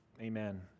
Amen